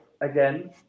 Again